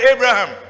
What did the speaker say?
Abraham